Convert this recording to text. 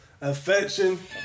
affection